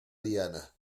diana